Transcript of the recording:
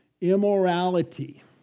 immorality